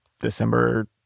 december